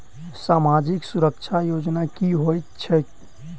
सामाजिक सुरक्षा योजना की होइत छैक?